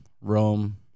rome